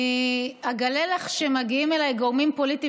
אני אגלה לך שמגיעים אליי גורמים פוליטיים